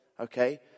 Okay